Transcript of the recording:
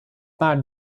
bade